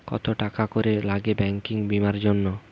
কত টাকা করে লাগে ব্যাঙ্কিং বিমার জন্য?